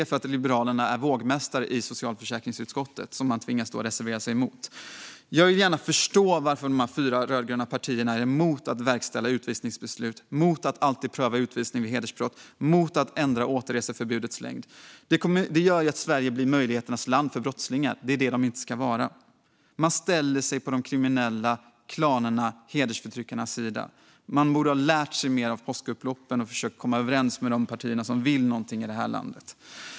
Eftersom Liberalerna är vågmästare i socialförsäkringsutskottet tvingas man reservera sig mot det. Jag vill gärna förstå varför de fyra rödgröna partierna är emot att verkställa utvisningsbeslut, emot att alltid pröva utvisning vid hedersbrott och emot att ändra återreseförbudets längd. Det gör Sverige till möjligheternas land för utländska brottslingar, vilket det inte ska vara. Man ställer sig på de kriminellas, klanernas och hedersförtryckarnas sida. Man borde ha lärt sig mer av påskupploppen och försökt komma överens med de partier som vill någonting i det här landet.